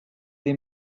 they